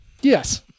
Yes